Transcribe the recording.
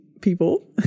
people